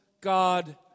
God